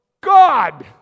God